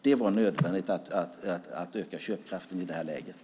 Det var nödvändigt att öka köpkraften i det här läget.